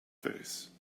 face